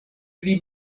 pli